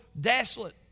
desolate